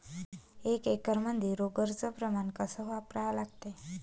एक एकरमंदी रोगर च प्रमान कस वापरा लागते?